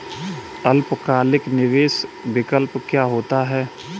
अल्पकालिक निवेश विकल्प क्या होता है?